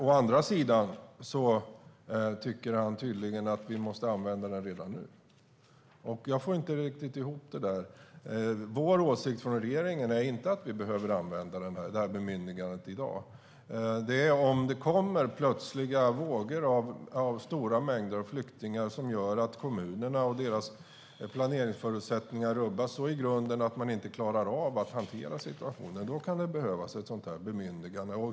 Å andra sidan tycker han att vi måste använda den redan nu. Jag får inte ihop det. Regeringens åsikt är att vi inte behöver använda detta bemyndigande i dag. Om det plötsligt kommer stora mängder av flyktingar och kommunernas planeringsförutsättningar rubbas så i grunden att de inte klarar av att hantera situationen kan det behövas ett sådant bemyndigande.